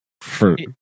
fruit